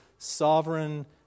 sovereign